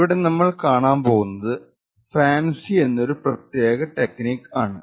ഇവിടെ നമ്മൾ കാണാൻ പോകുന്നത് FANCI എന്നൊരു പ്രത്യേക ടെക്നിക്ക് ആണ്